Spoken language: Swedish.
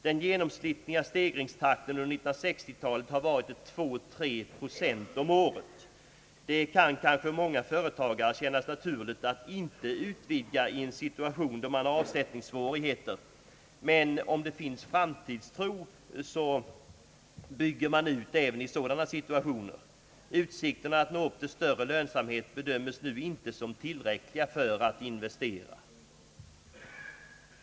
Den genomsnittliga steg ringstakten under 1960-talet har varit 2—3 procent om året. Det kan kanske för många företagare kännas naturligt att inte utvidga i en situation då man har avsättningssvårigheter, men om det finns framtidstro bygger man ut även i sådana situationer. Utsikterna att nå upp till större lönsamhet bedöms nu inte som tillräckliga för att investera.